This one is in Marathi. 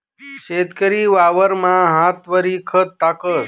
शेतकरी वावरमा हातवरी खत टाकस